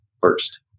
first